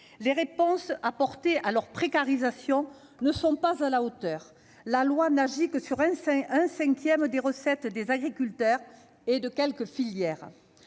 Les réponses apportées à leur précarisation ne sont pas à la hauteur, la loi n'ayant un effet que sur un cinquième des recettes des agriculteurs et quelques filières.